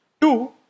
Two